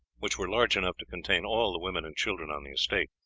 which were large enough to contain all the women and children on the estate.